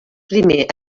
primer